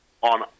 on